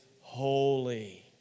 holy